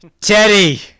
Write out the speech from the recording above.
teddy